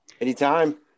Anytime